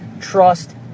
trust